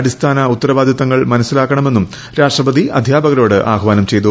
അടിസ്ഥാന ഉത്തരവാദിത്തങ്ങൾ മനസ്സിലാക്കണമെന്നുംരാഷ്ട്രപതി അധ്യാപകരോട്ആഹ്വാനം ചെയ്തു